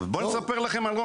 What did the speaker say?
בוא נספר לכם.